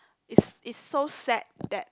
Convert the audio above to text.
is is so sad that